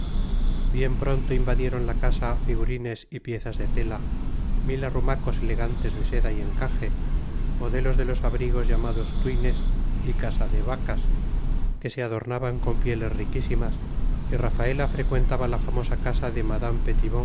bien pronto invadieron la casa figurines y piezas de tela mil arrumacos elegantes de seda y encaje modelos de los abrigos llamados twines y kasadawekas que se adornaban con pieles riquísimas y rafaela frecuentaba la famosa casa de madame